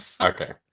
okay